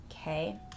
okay